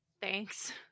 thanks